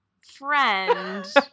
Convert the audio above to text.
friend